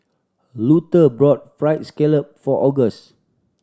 Luther bought Fried Scallop for August